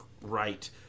right